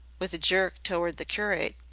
with a jerk toward the curate.